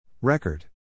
Record